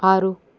ఆరు